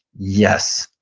yes,